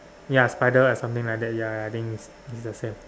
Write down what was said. ya spider web or something like that ya I think it's it's the same